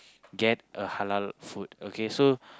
get a halal food okay so